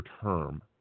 term